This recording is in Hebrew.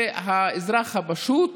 והאזרח הפשוט